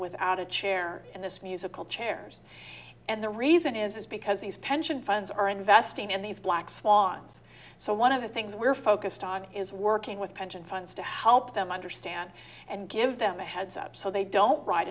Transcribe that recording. without a chair and this musical chairs and the reason is because these pension funds are investing in these black swans so one of the things we're focused on is working with pension funds to help them understand and give them a heads up so they don't write